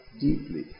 deeply